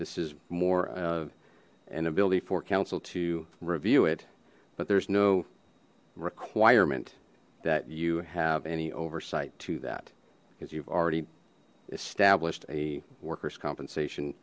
this is more of an ability for counsel to review it but there's no requirement that you have any oversight to that because you've already established a worker's compensation